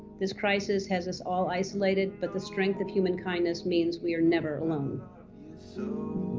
this crisis has us all isolated, but the strength of human kindness means we are never alone so.